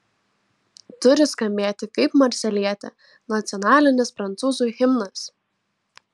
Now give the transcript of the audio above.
turi skambėti kaip marselietė nacionalinis prancūzų himnas